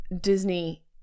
Disney